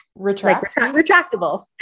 retractable